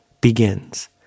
begins